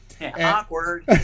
Awkward